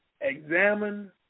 Examine